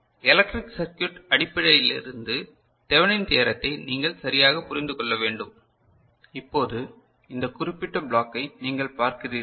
electric circuit அடிப்படைகளிலிருந்து Thevenin தியரத்தை நீங்கள் சரியாக புரிந்து கொள்ள வேண்டும் இப்போது இந்த குறிப்பிட்ட ப்ளாக்கை நீங்கள் பார்க்கிறீர்கள்